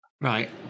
Right